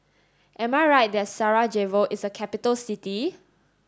am I right that Sarajevo is a capital city